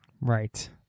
Right